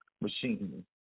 machine